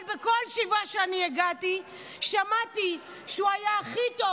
אבל לכל שבעה שאני הגעתי שמעתי שהוא היה הכי טוב,